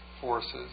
forces